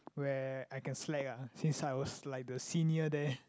where I can slack ah since I was like the senior there